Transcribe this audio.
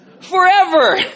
Forever